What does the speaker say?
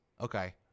Okay